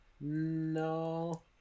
No